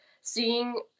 seeing